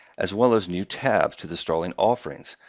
as well as new tabs to the starling offerings,